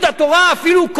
אפילו קודמי,